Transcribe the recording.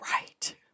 right